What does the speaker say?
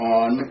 on